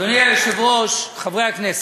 אדוני היושב-ראש, חברי הכנסת,